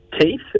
teeth